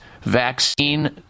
vaccine